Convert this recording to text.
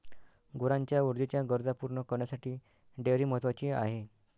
गुरांच्या ऊर्जेच्या गरजा पूर्ण करण्यासाठी डेअरी महत्वाची आहे